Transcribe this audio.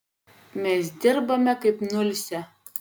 mes dirbame kaip nuilsę